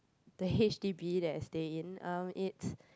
the h_d_b that I stay in um it's